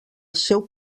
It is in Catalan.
seu